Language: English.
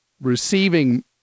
receiving